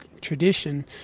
tradition